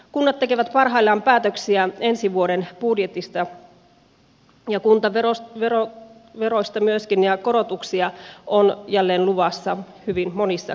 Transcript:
kunnat tekevät parhaillaan päätöksiä ensi vuoden budjetista kuntaveroista myöskin ja korotuksia on jälleen luvassa hyvin monissa kunnissa